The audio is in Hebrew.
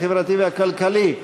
החברתי והכלכלי.